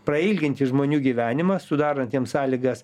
prailginti žmonių gyvenimą sudarant jiem sąlygas